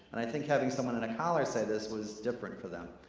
and i think having someone in a collar say this was different for them.